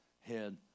head